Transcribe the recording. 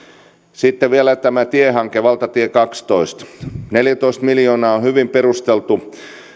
sitten vielä tämä tiehanke valtatie kaksitoista neljätoista miljoonaa on hyvin perusteltu